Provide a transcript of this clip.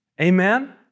Amen